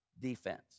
defense